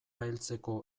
heltzeko